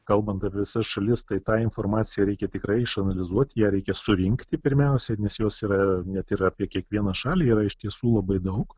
kalbant apie visas šalis tai tą informaciją reikia tikrai išanalizuot ją reikia surinkti pirmiausia nes jos yra net ir apie kiekvieną šalį yra iš tiesų labai daug